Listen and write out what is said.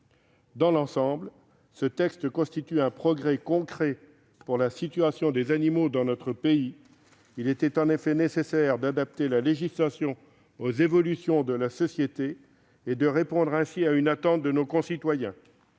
Dans l'ensemble, ce texte améliore de façon concrète la situation des animaux dans notre pays. Il était en effet nécessaire d'adapter la législation aux évolutions de la société et de répondre ainsi à une attente de nos concitoyens.